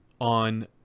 on